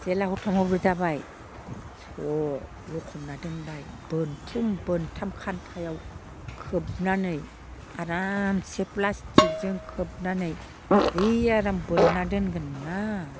जेला हरथाम हरब्रै जाबाय स' लखबना दोनबाय बोन्थुम बोन्थाम खान्थायाव खोबनानै आरामसे प्लास्टिकजों खोबननै जि आराम बोनना दोनगोन ना